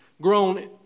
grown